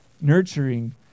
nurturing